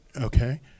Okay